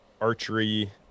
archery